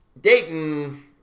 Dayton